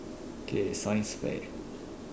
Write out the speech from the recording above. k science fair